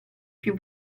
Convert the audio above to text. più